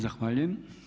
Zahvaljujem.